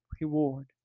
reward